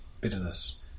bitterness